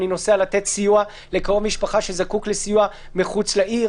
אני נוסע לתת סיוע לקרוב משפחה שזקוק לסיוע מחוץ לעיר.